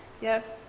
Yes